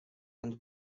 and